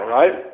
right